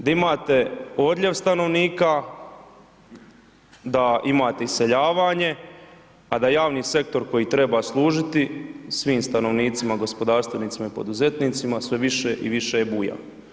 Di imate odljev stanovnika, da imate iseljavanje, a da javni sektor koji treba služiti svim stanovnicima, gospodarstvenicima i poduzetnicima, sve više i više buja.